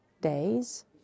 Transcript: days